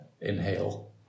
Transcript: inhale